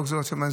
לא גזרת שמיים,